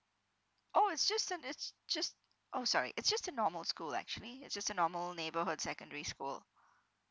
oh it's just an it's just oh sorry it's just a normal school actually it's just a normal neighbourhood secondary school